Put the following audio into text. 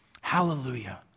Hallelujah